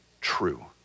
true